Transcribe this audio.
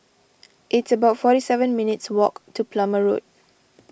it's about forty seven minutes' walk to Plumer Road